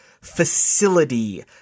facility